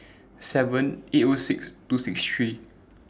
seven eight O six two six three